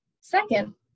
Second